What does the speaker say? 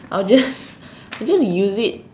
I'll just I'll just use it